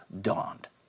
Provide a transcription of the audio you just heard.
dawned